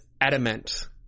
adamant